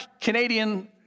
Canadian